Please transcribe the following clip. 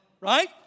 Right